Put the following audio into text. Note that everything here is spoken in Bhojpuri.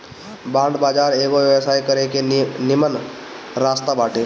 बांड बाजार एगो व्यवसाय करे के निमन रास्ता बाटे